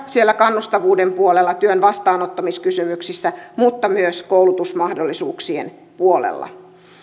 siellä kannustavuuden puolella työn vastaanottamiskysymyksissä mutta myös koulutusmahdollisuuksien puolella